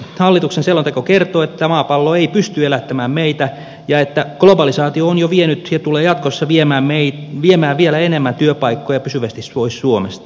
hallituksen selonteko kertoo että maapallo ei pysty elättämään meitä ja että globalisaatio on jo vienyt ja tulee jatkossa viemään vielä enemmän työpaikkoja pysyvästi pois suomesta